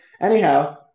Anyhow